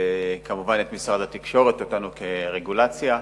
וכמובן את משרד התקשורת, אותנו כרגולציה,